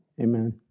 amen